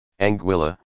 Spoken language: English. Anguilla